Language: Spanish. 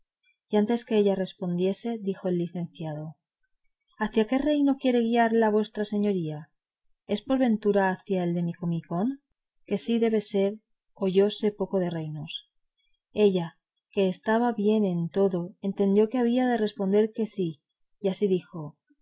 y antes que ella respondiese dijo el licenciado hacia qué reino quiere guiar la vuestra señoría es por ventura hacia el de micomicón que sí debe de ser o yo sé poco de reinos ella que estaba bien en todo entendió que había de responder que sí y así dijo